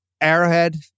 Arrowhead